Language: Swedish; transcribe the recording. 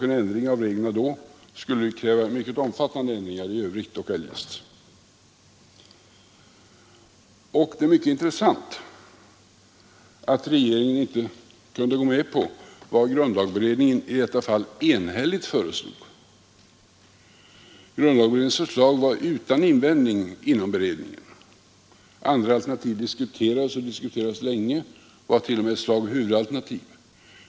En ändring av reglerna skulle då kräva mycket omfattande ändringar i rigt. Det är mycket intressant att regeringen inte kunde gå med på vad grundlagberedningen i detta fall enhälligt föreslog — dess förslag var utan invändning inom beredningen. Andra alternativ diskuterades länge och var t.o.m. ett slag huvudalternativ.